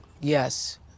Yes